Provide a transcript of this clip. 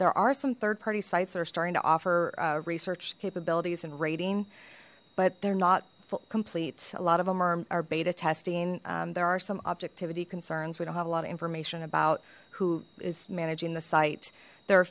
there are some third party sites that are starting to offer research capabilities and rating but they're not complete a lot of them are beta testing there are some objectivity concerns we don't have a lot of information about who is managing the site there